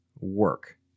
work